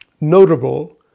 notable